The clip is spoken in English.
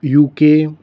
UK